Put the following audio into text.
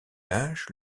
âge